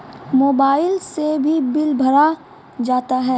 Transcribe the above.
Mobile से भी bill भरा जाता हैं?